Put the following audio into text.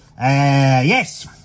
yes